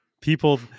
people